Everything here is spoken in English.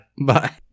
Bye